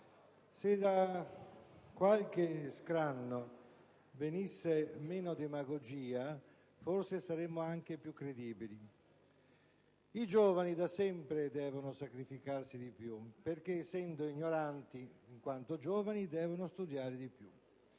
se da qualche scranno venisse meno demagogia forse risulteremmo più credibili. I giovani da sempre devono sacrificarsi di più perché, essendo ignoranti (in quanto giovani), devono studiare di più: